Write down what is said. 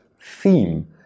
theme